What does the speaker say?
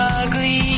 ugly